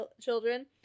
children